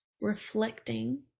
reflecting